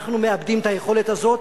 אנחנו מאבדים את היכולת הזאת.